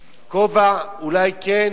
כובע, אולי כן.